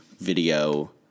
video